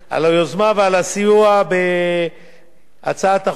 על היוזמה ועל הסיוע בהצעת החוק,